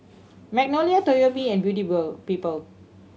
Magnolia Toyomi and Beauty Boll People